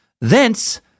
thence